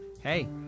Hey